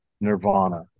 Nirvana